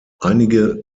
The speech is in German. einige